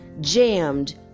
jammed